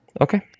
Okay